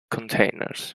containers